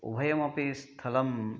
उभयमपि स्थलम्